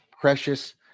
precious